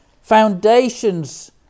foundations